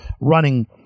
running